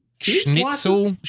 schnitzel